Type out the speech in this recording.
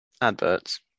adverts